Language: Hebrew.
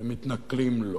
ומתנכלים לו.